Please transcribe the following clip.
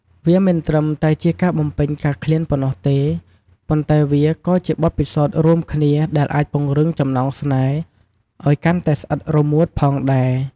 វាមិនត្រឹមតែជាការបំពេញការឃ្លានប៉ុណ្ណោះទេ ប៉ុន្តែវាក៏ជាបទពិសោធន៍រួមគ្នាដែលអាចពង្រឹងចំណងស្នេហ៍ឲ្យកាន់តែស្អិតរមួតផងដែរ។